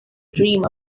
dream